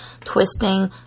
twisting